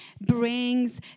brings